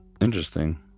interesting